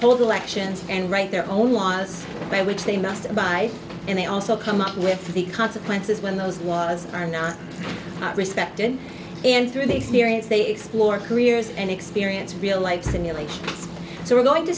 the actions and write their own laws by which they must buy and they also come up with the consequences when those laws are not respected and through the experience they explore careers and experience real life simulation so we're going to